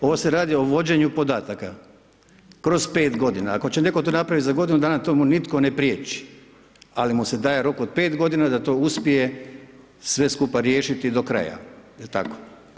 Ovo se radi o vođenju podataka kroz 5 g. ako će netko to napraviti za godinu dana, to mu nitko ne prijeći, ali mu se daje rok od 5 g. da to uspije sve kupa riješiti do kraja, jel tako?